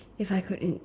if I could in